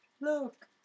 look